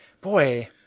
boy